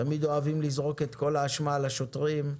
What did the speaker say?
תמיד אוהבים לזרוק את כל האשמה על השוטרים,